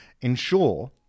ensure